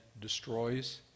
destroys